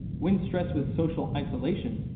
when stressed with social isolation,